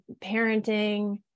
parenting